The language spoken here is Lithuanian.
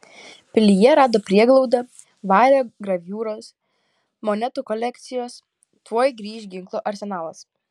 pilyje rado prieglaudą vario graviūros monetų kolekcijos tuoj grįš ginklų arsenalas